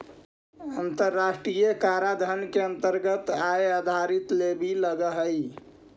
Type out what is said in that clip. अन्तराष्ट्रिय कराधान के अन्तरगत आय आधारित लेवी लगअ हई